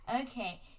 Okay